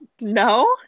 no